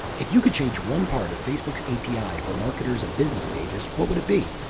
if you could change one part of facebook's api for marketers and business pages, what would it be?